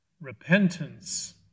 repentance